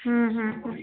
ହଁ ହଁ